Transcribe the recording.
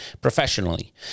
professionally